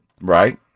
Right